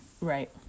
right